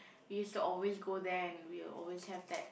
used to always go there and we'll always have that